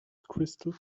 crystal